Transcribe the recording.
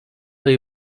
ayı